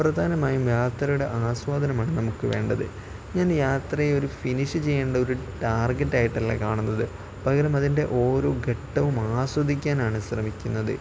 പ്രധാനമായും യാത്രയുടെ ആസ്വാദനമാണ് നമുക്ക് വേണ്ടത് ഞാൻ യാത്രയെ ഒരു ഫിനിഷ് ചെയ്യേണ്ട ഒരു ടാർഗെറ്റ് ആയിട്ടല്ല കാണുന്നത് പകരും അതിൻ്റെ ഓരോ ഘട്ടവും ആസ്വദിക്കാനാണ് ശ്രമിക്കുന്നത്